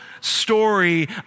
story